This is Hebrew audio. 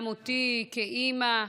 גם אותי כאימא,